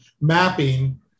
mapping